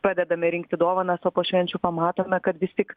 padedame rinkti dovanas o po švenčių pamatome kad vis tik